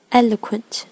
eloquent